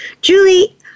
Julie